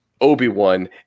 Obi-Wan